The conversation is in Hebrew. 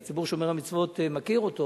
הציבור שומר המצוות מכיר,